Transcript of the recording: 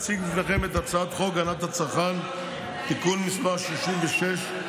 את הצעת חוק הגנת הצרכן (תיקון מס' 66),